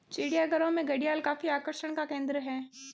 चिड़ियाघरों में घड़ियाल काफी आकर्षण का केंद्र है